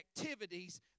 activities